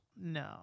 No